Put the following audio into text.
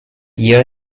year